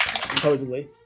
supposedly